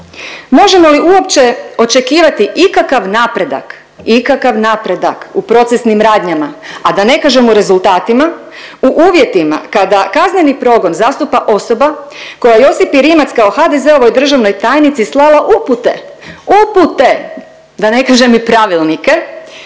Možemo li uopće očekivati ikakav napredak, ikakav napredak u procesnim radnjama, a da ne kažem u rezultatima, u uvjetima kada kazneni progon zastupa osoba koja Josipi Rimac kao HDZ-ovoj državnoj tajnici slala upute, upute da ne kažem i pravilnike